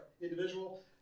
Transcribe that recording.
individual